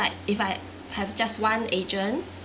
like if I have just one agent